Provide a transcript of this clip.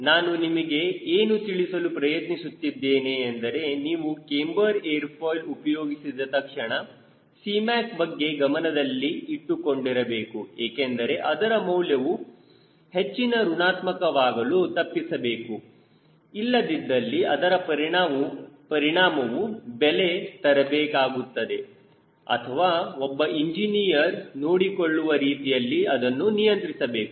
ನಾನು ನಿಮಗೆ ಏನು ತಿಳಿಸಲು ಪ್ರಯತ್ನಿಸುತ್ತಿದ್ದೇನೆ ಎಂದರೆ ನೀವು ಕ್ಯಾಮ್ಬರ್ ಏರ್ ಫಾಯ್ಲ್ ಉಪಯೋಗಿಸಿದ ತಕ್ಷಣ Cmac ಬಗ್ಗೆ ಗಮನದಲ್ಲಿ ಇಟ್ಟುಕೊಂಡಿರಬೇಕು ಏಕೆಂದರೆ ಅದರ ಮೌಲ್ಯವನ್ನು ಹೆಚ್ಚಿನ ಋಣಾತ್ಮಕವಾಗಲು ತಪ್ಪಿಸಬೇಕು ಇಲ್ಲದಿದ್ದಲ್ಲಿ ಅದರ ಪರಿಣಾಮವು ಬೆಲೆ ತರಬೇಕಾಗುತ್ತದೆ ಅಥವಾ ಒಬ್ಬ ಇಂಜಿನಿಯರ್ ನೋಡಿಕೊಳ್ಳುವ ರೀತಿಯಲ್ಲಿ ಅದನ್ನು ನಿಯಂತ್ರಿಸಬೇಕು